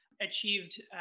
achieved